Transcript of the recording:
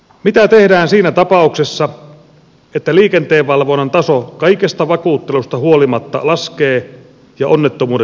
mitä tehdään siinä tapauksessa että liikenteenvalvonnan taso kaikesta vakuuttelusta huolimatta laskee ja onnettomuudet lisääntyvät